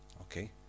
Okay